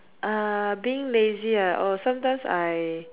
uh being lazy ah or sometimes I